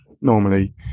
normally